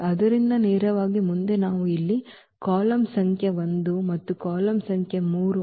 ಆದ್ದರಿಂದ ನೇರವಾಗಿ ಮುಂದೆ ನಾವು ಇಲ್ಲಿ ಕಾಲಮ್ ಸಂಖ್ಯೆ 1 ಮತ್ತು ಕಾಲಮ್ ಸಂಖ್ಯೆ 3 ಅನ್ನು ಆಯ್ಕೆ ಮಾಡಬಹುದು ಮತ್ತು ಅವು ರೇಖೀಯವಾಗಿ ಸ್ವತಂತ್ರವಾಗಿರುತ್ತವೆ